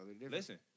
listen